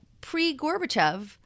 pre-Gorbachev